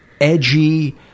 edgy